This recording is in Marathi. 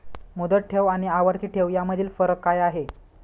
मुदत ठेव आणि आवर्ती ठेव यामधील फरक काय आहे?